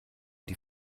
die